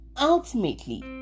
Ultimately